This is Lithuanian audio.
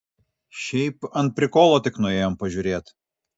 šiaip ant prikolo tik nuėjom pažiūrėt